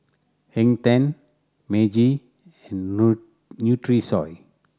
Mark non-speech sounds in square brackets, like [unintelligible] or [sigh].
Hang Ten Meiji and [unintelligible] Nutrisoy